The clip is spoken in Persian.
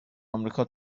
آمریکا